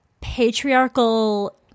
patriarchal